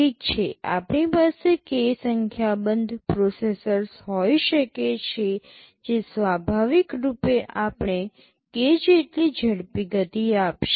ઠીક છે આપણી પાસે k સંખ્યાબંધ પ્રોસેસર્સ હોઈ શકે છે જે સ્વાભાવિક રૂપે આપણે k જેટલી ઝડપી ગતિ આપશે